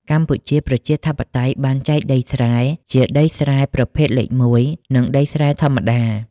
កម្ពុជាប្រជាធិបតេយ្យបានចែកដីស្រែជាដីស្រែប្រភេទលេខមួយ និងដីស្រែធម្មតា។